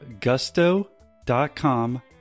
gusto.com